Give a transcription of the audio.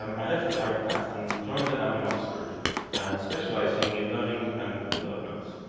um i left the psychopaths and joined a lab in oxford specializing in learning and development.